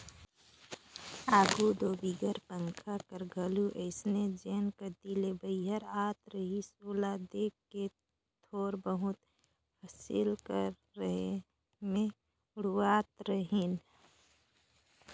आघु दो बिगर पंखा कर घलो अइसने जेन कती ले बईहर आत रहिस ओला देख के थोर बहुत फसिल कर रहें मे उड़वात रहिन